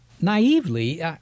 naively